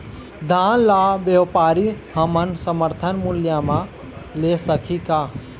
धान ला व्यापारी हमन समर्थन मूल्य म ले सकही का?